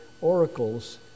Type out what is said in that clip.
oracles